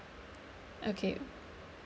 okay